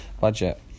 budget